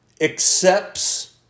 accepts